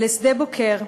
לשדה-בוקר,